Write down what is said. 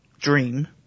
dream